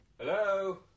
Hello